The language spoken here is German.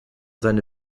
seine